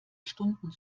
stunden